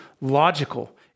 logical